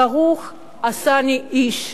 "ברוך שעשני איש",